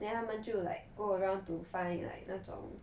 then 他们就 like go around to find like 那种